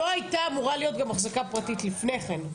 לא הייתה אמורה להיות גם החזקה פרטית לפני כן.